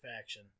faction